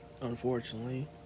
unfortunately